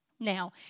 Now